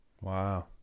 Wow